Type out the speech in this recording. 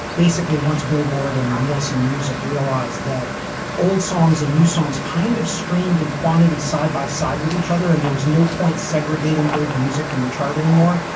basically, once billboard and nielsen music realized that old songs and new songs kind of streamed in quantity side by side with each other, and there was no point segregating old music from the chart anymore.